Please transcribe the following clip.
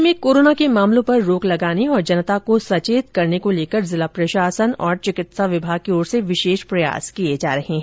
राज्य में कोरोना के मामलों पर रोक लगाने और जनता को सचेत करने को लेकर जिला प्रशासन और चिकित्सा विभाग की ओर से विशेष प्रयास किए जा रहे हैं